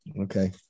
Okay